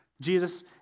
Jesus